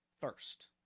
first